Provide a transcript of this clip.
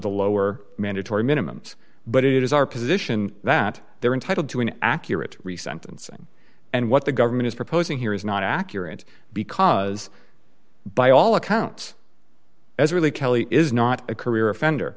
the lower mandatory minimums but it is our position that they're entitled to an accurate recent incident and what the government is proposing here is not accurate because by all accounts as really kelly is not a career offender